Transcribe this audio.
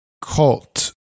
cult